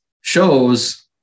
shows